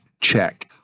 check